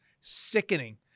Sickening